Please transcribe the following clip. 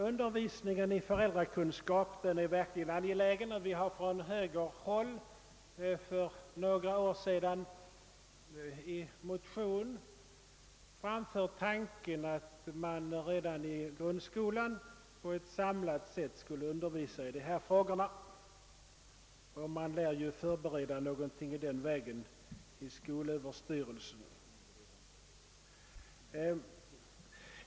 Undervisning i föräldrakunskap är verkligen angelägen, och vi har från högerhåll för några år sedan i motion framfört tanken, att man redan i grundskolan på ett samlat sätt skulle undervisa i dessa frågor. Inom skolöverstyrelsen lär också något sådant förberedas.